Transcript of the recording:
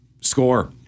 score